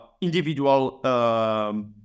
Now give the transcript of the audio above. individual